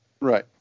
Right